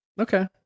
Okay